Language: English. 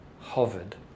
hovered